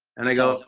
and i go,